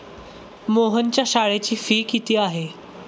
मोहनच्या शाळेची फी किती आहे?